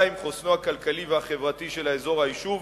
2. חוסנו הכלכלי והחברתי של האזור או היישוב